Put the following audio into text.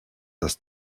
dass